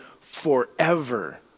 forever